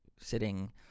sitting